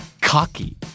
Cocky